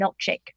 milkshake